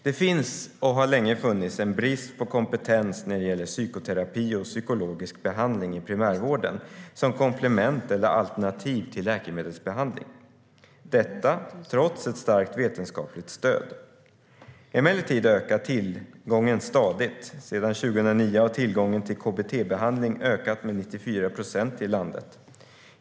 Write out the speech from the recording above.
Det finns, och har länge funnits, en brist på kompetens när det gäller psykoterapi och psykologisk behandling i primärvården, som komplement eller alternativ till läkemedelsbehandling - detta trots ett starkt vetenskapligt stöd. Emellertid ökar tillgången stadigt, och sedan 2009 har tillgången till KBT-behandling ökat med 94 procent i landet.